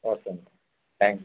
okay ma'am thanks